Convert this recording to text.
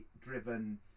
driven